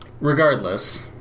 regardless